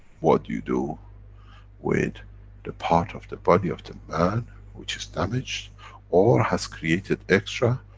what do you do with the part of the body of the man which is damaged or has created extra,